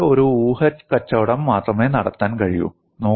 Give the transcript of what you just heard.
നിങ്ങൾക്ക് ഒരു ഊഹക്കച്ചവടം മാത്രമേ നടത്താൻ കഴിയൂ